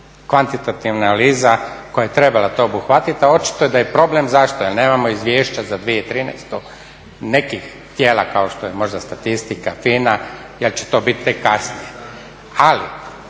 kvantitativna analiza koja je trebala to obuhvatiti, a očito da je problem. Zašto? Jer nemamo izvješća za 2013. nekih tijela kao što je možda statistika, FINA, jer će to bit tek kasnije.